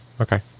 okay